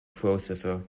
processor